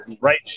right